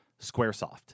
Squaresoft